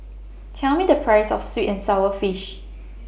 Tell Me The Price of Sweet and Sour Fish